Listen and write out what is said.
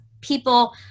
people